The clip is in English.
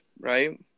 right